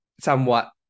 somewhat